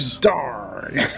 darn